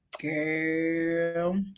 Girl